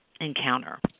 encounter